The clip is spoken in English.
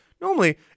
normally